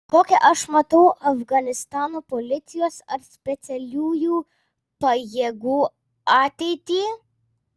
kokią aš matau afganistano policijos ar specialiųjų pajėgų ateitį